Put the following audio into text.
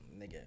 nigga